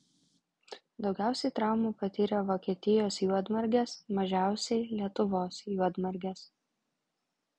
daugiausiai traumų patyrė vokietijos juodmargės mažiausiai lietuvos juodmargės